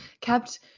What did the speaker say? kept